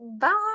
Bye